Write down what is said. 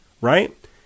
right